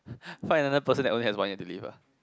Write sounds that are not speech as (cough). (breath) find another person that has only one year to live ah